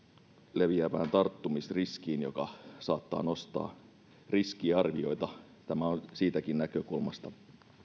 leviävään tarttumisriskiin joka saattaa nostaa riskiarvioita tämä on siitäkin näkökulmasta